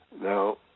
Now